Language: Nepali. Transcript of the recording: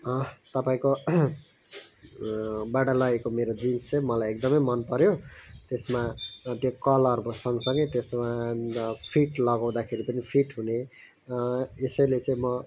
तपाईँको बाट लगेको मेरो जिन्स चाहिँ मलाई एकदमै मन पऱ्यो त्यसमा त्यो कलरको सँग सँगै त्यसमा फिट लगाउँदा लगाउँदा खेरि पनि फिट हुने यसैले चाहिँ म